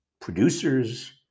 producers